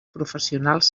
professionals